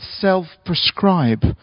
self-prescribe